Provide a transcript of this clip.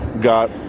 got